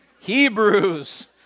Hebrews